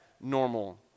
normal